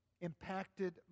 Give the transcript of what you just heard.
impacted